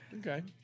okay